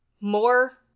more